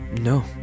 No